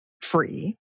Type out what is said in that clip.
free